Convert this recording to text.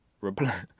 reply